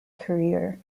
career